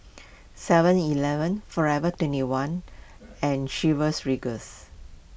Seven Eleven forever twenty one and Chivas Regal's